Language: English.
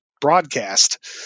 broadcast